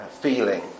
feeling